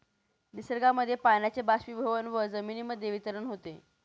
निसर्गामध्ये पाण्याचे बाष्पीभवन व जमिनीमध्ये वितरण होते